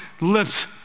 lips